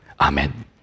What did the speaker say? Amen